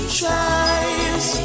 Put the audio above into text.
tries